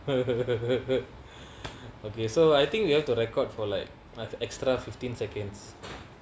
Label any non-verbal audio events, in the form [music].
[laughs] okay so I think you have to record for like like extra fifteen seconds